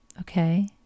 Okay